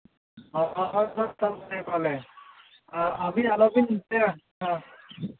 ᱟᱨ ᱟᱹᱵᱤᱱ ᱟᱞᱚᱵᱤᱱ ᱫᱤᱥᱟᱭᱟ ᱦᱮᱸ